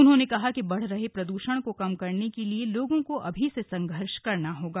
उन्होंने कहा कि बढ़ रहे प्रदूषण को कम करने के लिए लोगों को अभी से संघर्ष करना होगा